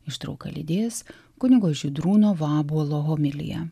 ištrauką lydės kunigo žydrūno vabuolo homilija